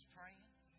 praying